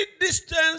distance